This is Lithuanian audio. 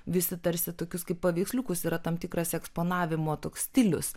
visi tarsi tokius kaip paveiksliukus yra tam tikras eksponavimo toks stilius